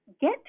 get